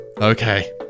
Okay